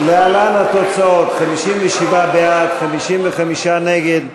להלן התוצאות: 57 בעד, 55 נגד.